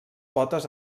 potes